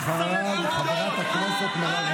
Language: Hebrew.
לאותה אוכלוסייה שאנחנו כביכול לא מייצגים.